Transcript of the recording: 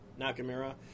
Nakamura